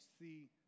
see